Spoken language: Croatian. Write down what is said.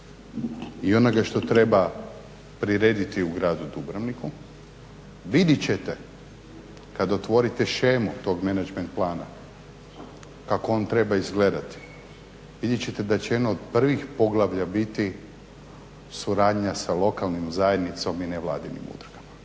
i onoga što treba prirediti u gradu Dubrovniku vidjet ćete kada otvorite shemu tog menadžment plana kako on treba izgledati, vidjet ćete da će jedno od prvih poglavlja biti suradnja sa lokalnom zajednicom i nevladinim udrugama.